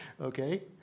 Okay